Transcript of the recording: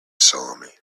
solemnly